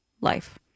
life